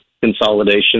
consolidation